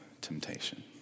temptation